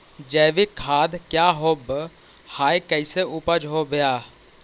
जैविक खाद क्या होब हाय कैसे उपज हो ब्हाय?